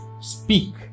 Speak